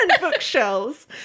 bookshelves